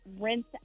rinse